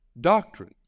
Doctrine